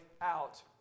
out